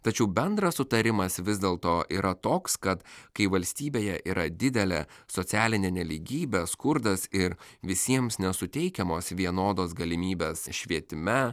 tačiau bendras sutarimas vis dėlto yra toks kad kai valstybėje yra didelė socialinė nelygybė skurdas ir visiems nesuteikiamos vienodos galimybės švietime